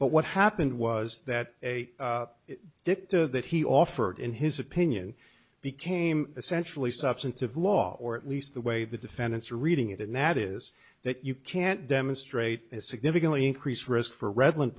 but what happened was that a dictator that he offered in his opinion became essentially substance of law or at least the way the defendants are reading it and that is that you can't demonstrate a significantly increased risk for redl